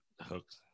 hooks